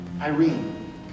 Irene